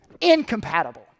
Incompatible